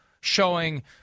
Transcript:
showing